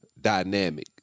dynamic